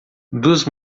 duas